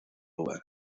lugar